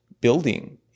building